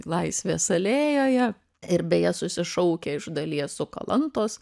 laisvės alėjoje ir beje susišaukia iš dalies su kalantos